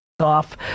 off